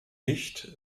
nicht